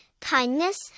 kindness